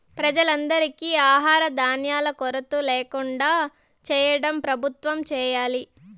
ప్రజలందరికీ ఆహార ధాన్యాల కొరత ల్యాకుండా చేయటం ప్రభుత్వం చేయాలి